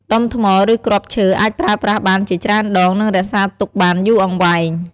ដុំថ្ម ឬគ្រាប់ឈើអាចប្រើប្រាស់បានជាច្រើនដង និងរក្សាទុកបានយូរអង្វែង។